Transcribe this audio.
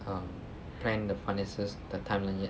um plan the finances the timeline yet